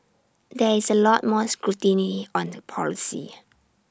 there is A lot more scrutiny on the policy